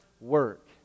work